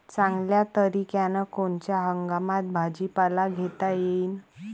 चांगल्या तरीक्यानं कोनच्या हंगामात भाजीपाला घेता येईन?